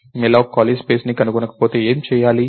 malloc ఖాళీ space ని కనుగొనకపోతే ఏమి చేయాలి